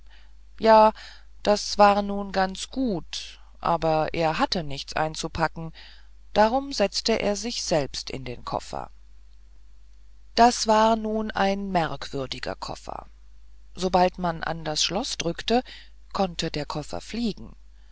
ja das war nun ganz gut aber er hatte nichts einzupacken darum setzte er sich selbst in den koffer das war ein merkwürdiger koffer sobald man an das schloß drückte konnte der koffer fliegen